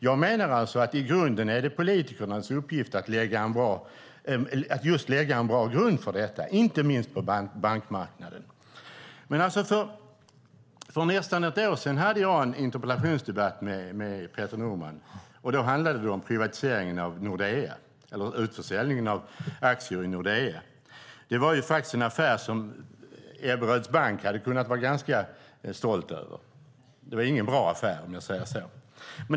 Jag menar att det i grunden är politikernas uppgift att just lägga en bra grund för detta, inte minst på bankmarknaden. För nästan ett år sedan hade jag en interpellationsdebatt med Peter Norman. Det handlade om privatiseringen av Nordea, eller utförsäljningen av aktier i Nordea. Det var en affär som Ebberöds bank hade kunnat vara ganska stolt över. Det var ingen bra affär, om jag säger så.